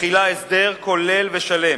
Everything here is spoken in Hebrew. מכילה הסדר כולל ושלם,